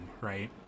right